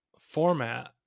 format